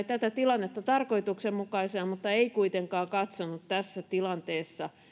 tätä tilannetta tarkoituksenmukaisena mutta ei kuitenkaan katsonut tässä tilanteessa